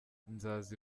nzaza